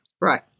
Right